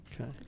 Okay